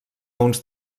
uns